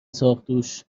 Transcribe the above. ساقدوش